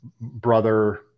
brother